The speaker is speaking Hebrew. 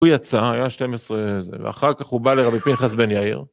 הוא יצא היה 12 ואחר כך הוא בא לרבי פנחס בן יאיר.